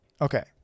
Okay